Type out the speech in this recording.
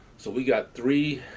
so, we got three